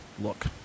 look